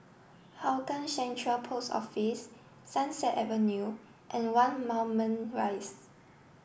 Hougang Central Post Office Sunset Avenue and one Moulmein rise